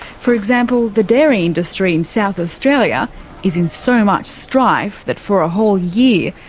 for example, the dairy industry in south australia is in so much strife that for a whole year,